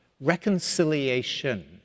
Reconciliation